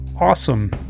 awesome